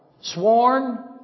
Sworn